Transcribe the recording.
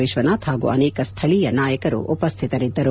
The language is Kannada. ವಿಶ್ವನಾಥ್ ಹಾಗೂ ಅನೇಕ ಸ್ಥಳಿಯ ನಾಯಕರು ಉಪಸ್ಟಿತರಿದ್ದರು